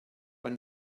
when